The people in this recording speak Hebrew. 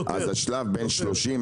אז לשלב בין 30%,